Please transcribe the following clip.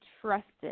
trusted